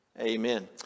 Amen